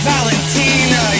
Valentina